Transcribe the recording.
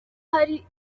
hari